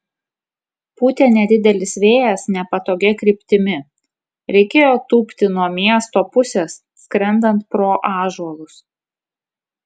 pūtė nedidelis vėjas nepatogia kryptimi reikėjo tūpti nuo miesto pusės skrendant pro ąžuolus